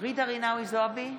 ג'ידא רינאוי זועבי,